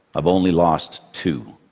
i've only lost two,